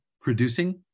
producing